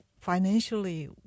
financially